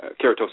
keratosis